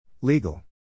Legal